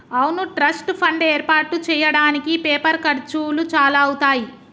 అవును trust fund ఏర్పాటు చేయడానికి పేపర్ ఖర్చులు చాలా అవుతాయి